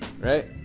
right